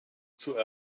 zur